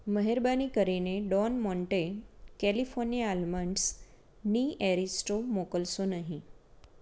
મહેરબાની કરીને Don Monte California આલમન્ડસની એરિસ્ટો મોકલશો નહીં